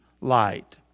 light